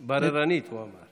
בררנית, הוא אמר.